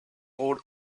rôles